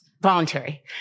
voluntary